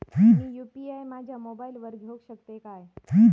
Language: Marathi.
मी यू.पी.आय माझ्या मोबाईलावर घेवक शकतय काय?